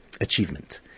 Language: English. achievement